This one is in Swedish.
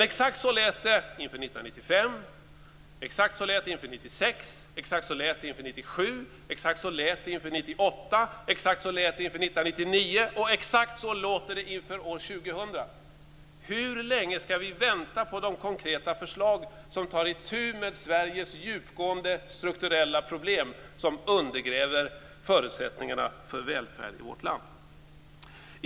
Exakt så lät det inför 1995, inför 1996, inför 1997, inför 1998 och inför 1999, och exakt så låter det inför år 2000. Hur länge skall vi vänta på de konkreta förslag som tar itu med Sveriges djupgående strukturella problem, som undergräver förutsättningarna för välfärd i vårt land?